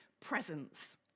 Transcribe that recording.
presence